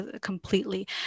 completely